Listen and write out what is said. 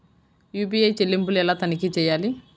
UPI చెల్లింపులు ఎలా తనిఖీ చేయాలి?